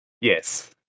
Yes